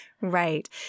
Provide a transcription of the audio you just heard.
Right